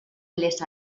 les